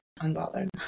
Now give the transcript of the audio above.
Unbothered